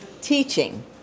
teaching